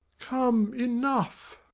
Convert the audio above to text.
come, enough.